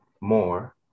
more